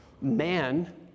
man